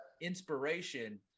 inspiration